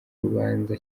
rubanza